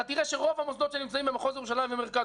אתה תראה שרוב המוסדות שנמצאים במחוז ירושלים ומרכז